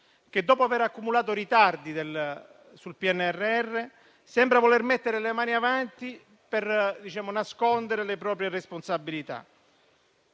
che dopo aver accumulato ritardi sul PNRR sembra voler mettere le mani avanti per nascondere le proprie responsabilità.